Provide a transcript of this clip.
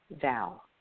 Val